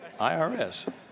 IRS